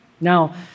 Now